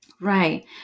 Right